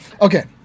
Okay